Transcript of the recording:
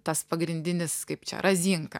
tas pagrindinis kaip čia razinka